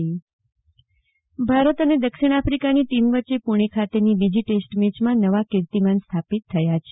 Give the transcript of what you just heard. જાગતિ વકીલ ભારત અને દક્ષિણ આફિકાની ટીમ વચ્ચે પુણે ખાતેની બીજી ટેસ્ટ મેચમાં નવા કીર્તિમાન સ્થાપિત થયા છે